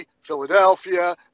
Philadelphia